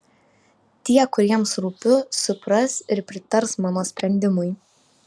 tie kuriems rūpiu supras ir pritars mano sprendimui